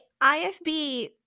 IFB